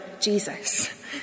jesus